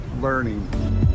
learning